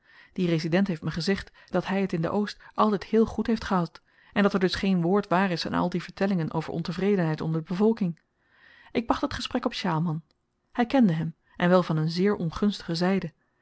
die resident heeft me gezegd dat hy t in den oost altyd heel goed heeft gehad en dat er dus geen woord waar is aan al die vertellingen over ontevredenheid onder de bevolking ik bracht het gesprek op sjaalman hy kende hem en wel van een zeer ongunstige zyde